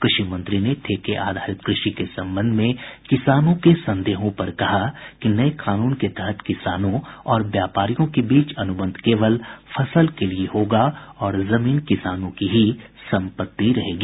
कृषि मंत्री ने ठेके आधारित कृषि के संबंध में किसानों के संदेहों पर कहा कि नये कानून के तहत किसानों और व्यापारियों के बीच अनुबंध केवल फसल के लिए होगा और जमीन किसानों की ही सम्पति रहेगी